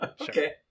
okay